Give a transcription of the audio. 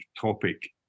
topic